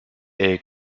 est